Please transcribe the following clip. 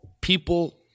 people